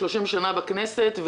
שאתה 30 שנה בכנסת,